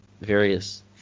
various